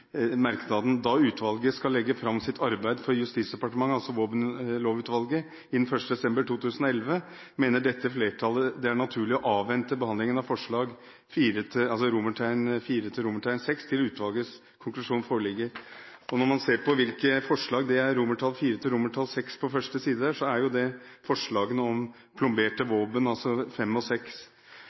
merknaden: «Da utvalget skal legge frem sitt arbeid for Justisdepartementet» – altså Våpenlovutvalget – «innen 1. desember 2011, mener dette flertallet det er naturlig å avvente behandlingen av forslag IV–VI til utvalgets konklusjon foreligger.» Når man ser på forslagene IV–VI på første side, er jo forslagene V og VI om plomberte våpen.